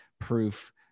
proof